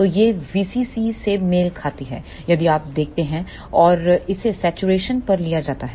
तो यह VCC से मेल खाती है यदि आप देखते हैंऔर इसे सैचुरेशन पर लिया जाता है